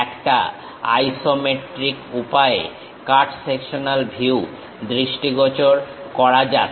একটা আইসোমেট্রিক উপায়ে cut sectional view দৃষ্টিগোচর করা যাক